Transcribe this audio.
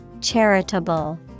Charitable